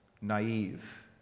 naive